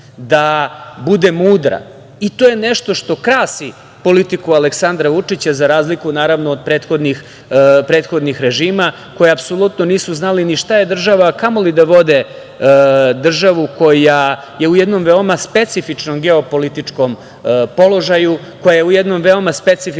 da bude mudra i to je nešto što krasi politiku Aleksandra Vučića za razliku od prethodnih režima, koji apsolutno nisu znali ni šta je država, a kamoli da vode državu koja je u jednom veoma specifičnom geopolitičkom položaju, koja je u jednom veoma specifičnom